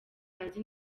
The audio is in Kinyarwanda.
hanze